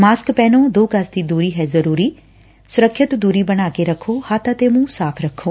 mask ਪਹਿਨੋ ਦੋ ਗਜ਼ ਦੀ ਦੂਰੀ ਹੈ ਜ਼ਰੂਰੀ ਸੁਰੱਖਿਅਤ ਦੂਰੀ ਬਣਾ ਕੇ ਰਖੋ ਹੱਬ ਅਤੇ ਮੁੰਹ ਸਾਫ਼ ਰੱਖੋ